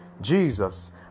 Jesus